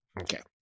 Okay